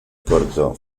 puerto